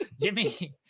jimmy